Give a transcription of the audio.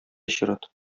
чират